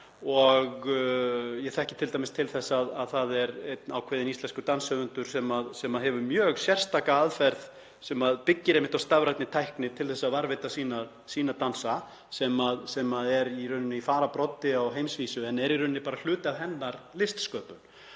Ég þekki t.d. til þess að það er einn ákveðinn íslenskur danshöfundur sem hefur mjög sérstaka aðferð, sem byggir einmitt á stafrænni tækni, til að varðveita sína dansa og er í rauninni í fararbroddi á heimsvísu en það er í rauninni bara hluti af hennar listsköpun